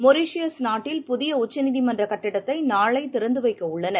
Mauritius நாட்டில் புதியஉச்சிநீதிமன்றகட்டிடத்தைநாளைதிறந்துவைக்கஉள்ளனர்